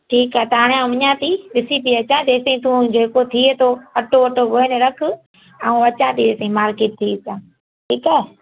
ठीकु आहे त हाणे मां वञा थी ॾिसी थी अचां जेसिताईं तू जेको थिए थो अटो वटो ॻोहे रखु आउं अचां थी जेसिताईं मार्किट थी अचां ठीकु आहे